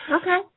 Okay